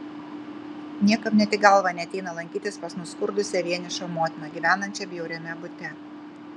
niekam net į galvą neateina lankytis pas nuskurdusią vienišą motiną gyvenančią bjauriame bute